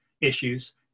issues